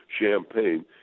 champagne